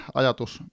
ajatus